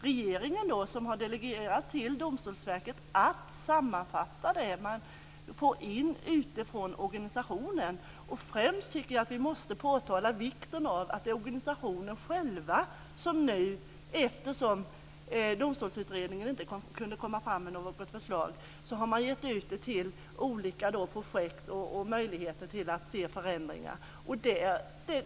Regeringen har delegerat till Domstolsverket att sammanfatta det som man får in från organisationerna. Främst tycker jag att vi måste påpeka vikten av att det är organisationerna själva - eftersom nu Domstolsutredningen inte kunde komma fram till något förslag - som genom olika projekt har möjligheter att se förändringar.